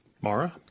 Mara